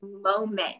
moment